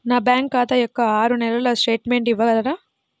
నా బ్యాంకు ఖాతా యొక్క ఆరు నెలల స్టేట్మెంట్ ఇవ్వగలరా?